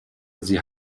sie